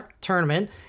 tournament